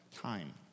time